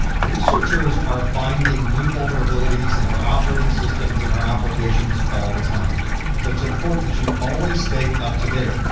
researchers are finding new vulnerabilities in our operating systems, in our applications all the time so it's important that you always stay up-to-date.